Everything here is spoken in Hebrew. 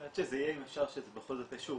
עד שזה יהיה אם אפשר בכל זאת איזה שהוא